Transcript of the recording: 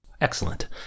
Excellent